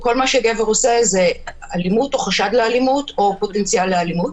חוק שבו אתה לא יודע איך לא לעבור עליו הוא חוק לא טוב.